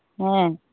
ᱦᱮᱸ